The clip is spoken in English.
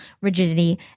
rigidity